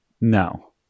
no